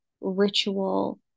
ritual